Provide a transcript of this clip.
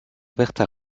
ouverte